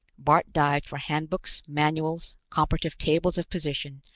bart dived for handbooks, manuals, comparative tables of position,